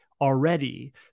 already